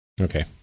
Okay